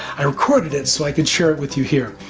i recorded it so i could share it with you here.